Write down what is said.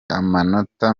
amanota